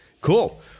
Cool